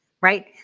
right